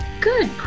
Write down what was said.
Good